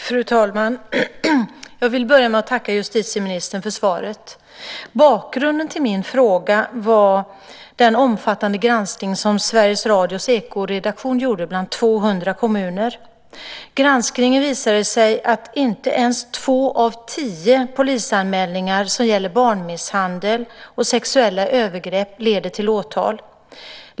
Fru talman! Jag vill börja med att tacka justitieministern för svaret. Bakgrunden till min fråga är den omfattande granskning som Sveriges Radios Ekoredaktion gjort i 200 kommuner. Granskningen visade att inte ens två av tio polisanmälningar som gäller barnmisshandel och sexuella övergrepp leder till åtal.